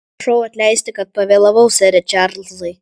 prašau atleisti kad pavėlavau sere čarlzai